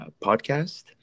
podcast